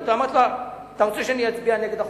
אתה רוצה שאני אצביע נגד החוק?